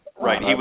right